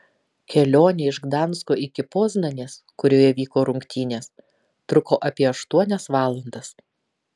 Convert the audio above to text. kelionė iš gdansko iki poznanės kurioje vyko rungtynės truko apie aštuonias valandas